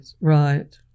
right